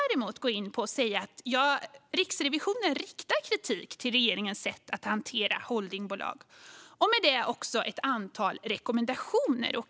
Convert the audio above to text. Riksrevisionen riktar kritik mot regeringens sätt att hantera holdingbolag och kommer med ett antal rekommendationer.